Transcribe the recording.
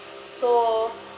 so